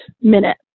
minute